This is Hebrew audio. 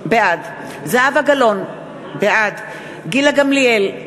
בעד זהבה גלאון, בעד גילה גמליאל,